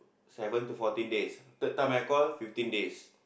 seven to fourteen days third time I call fifteen days